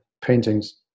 paintings